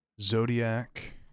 zodiac